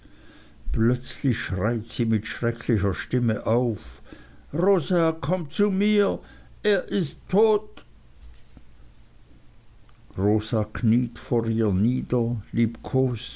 plötzlich schreit sie mit schrecklicher stimme auf rosa komm zu mir er ist tot rosa kniet vor ihr nieder liebkost